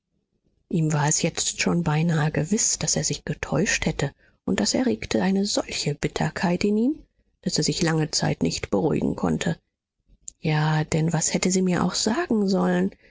ihm war es jetzt schon beinahe gewiß daß er sich getäuscht hätte und das erregte eine solche bitterkeit in ihm daß er sich lange zeit nicht beruhigen konnte ja denn was hätte sie mir auch sagen sollen